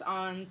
on